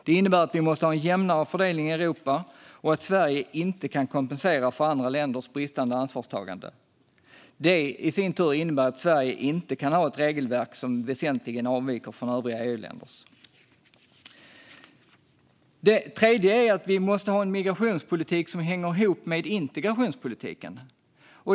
Det innebär att vi måste ha en jämnare fördelning i Europa och att Sverige inte kan kompensera för andra länders bristande ansvarstagande. Det innebär i sin tur att Sverige inte kan ha ett regelverk som väsentligen avviker från övriga EU-länders. Den tredje punkten är att vi måste ha en migrationspolitik som hänger ihop med integrationspolitiken.